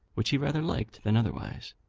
which he rather liked than otherwise.